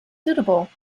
suitable